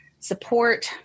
Support